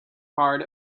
part